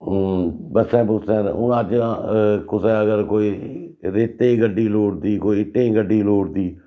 बस्सें बुस्सें'र हून अज्ज कुसै अगर कोई रेत्तै दी गड्डी लोड़दी कोई ईट्टें दी गड्डी लोड़दी